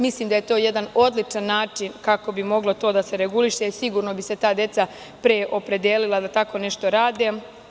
Mislim da je to jedan odličan način kako bi to moglo da se reguliše, sigurno bi se ta deca pre opredelila da tako nešto rade.